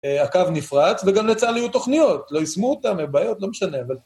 הקו נפרץ, וגם לצה"ל היו תוכניות, לא יישמו אותם, היו בעיות, לא משנה, אבל...